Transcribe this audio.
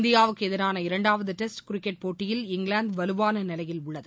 இந்தியாவுக்கு எதிரான இரண்டாவது டெஸ்ட் கிரிக்கெட் போட்டியில் இங்கிலாந்து வலுவான நிலையில் உள்ளது